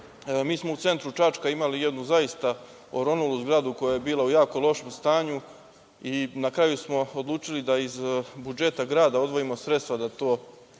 mi smo u centru Čačka imali jednu zaista oronulu zgradu koja je bila u jako lošem stanju i na kraju smo odlučili da iz budžeta grada odvojimo sredstva da to sredimo